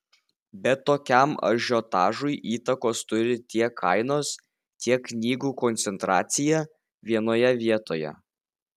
bet tokiam ažiotažui įtakos turi tiek kainos tiek knygų koncentracija vienoje vietoje